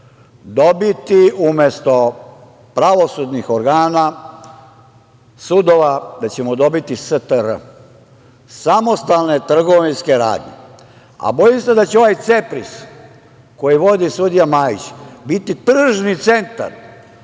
dobiti umesto pravosudnih organa sudova, da ćemo dobiti STR - samostalne trgovinske radnje. A bojim se da će ovaj CEPRIS koji vodi sudija Majić biti tržni centar